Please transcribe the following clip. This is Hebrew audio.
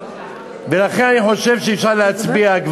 אני חושב שאפשר כבר להצביע.